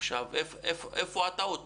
איפה הטעות?